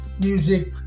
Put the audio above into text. music